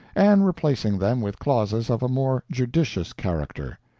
and replacing them with clauses of a more judicious character.